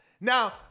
Now